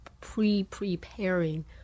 pre-preparing